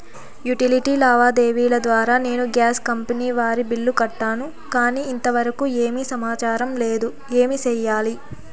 Utility లావాదేవీల ద్వారా నేను గ్యాస్ కంపెని వారి బిల్లు కట్టాను కానీ ఇంతవరకు ఏమి సమాచారం లేదు, ఏమి సెయ్యాలి?